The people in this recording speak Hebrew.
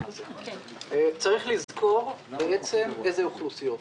צריך לזכור בעצם איזה אוכלוסיות.